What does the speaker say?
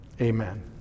Amen